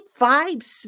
vibes